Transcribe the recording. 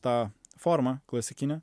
tą formą klasikinę